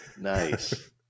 Nice